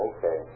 Okay